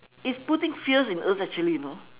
it's putting fears in us actually you know